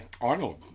Arnold